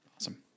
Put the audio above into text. Awesome